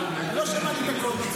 לא שמעתי הכול.